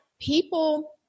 people